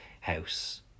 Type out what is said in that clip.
house